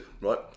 Right